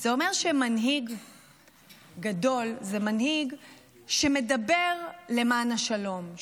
זה אומר שמנהיג גדול הוא מנהיג שמדבר למען השלום,